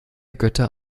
götter